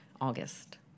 August